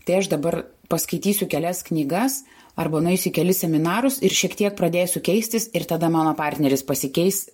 tai aš dabar paskaitysiu kelias knygas arba nueisiu į kelis seminarus ir šiek tiek pradėsiu keistis ir tada mano partneris pasikeis